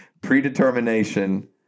predetermination